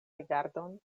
rigardon